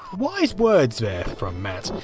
wise words there from matt,